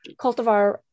Cultivar